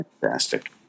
fantastic